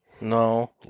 No